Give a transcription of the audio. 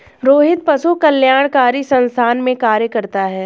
रोहित पशु कल्याणकारी संस्थान में कार्य करता है